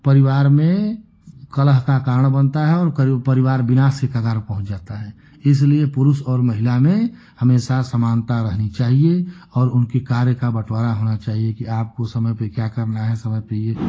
परिवार में कलह का कारण बनता है और कई गो परिवार विनाश के कागार पर पहुँच जाता है इसलिए पुरुष और महिला में हमेशा समानता रहनी चाहिए और उनकी कार्य का बंटवारा होना चाहिए कि आपको समय पर क्या करना है समय पर ये